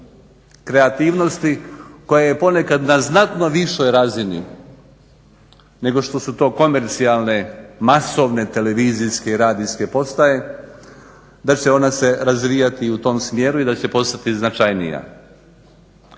kreativnosti koja je ponekad na znatno višoj razini nego što su to komercijalne televizijske i radijske postaje, da će se ona razvijati u tom smjeru i da će postati značajnija.